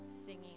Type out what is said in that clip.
singing